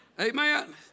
Amen